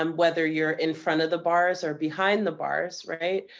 um whether you're in front of the bars or behind the bars, right?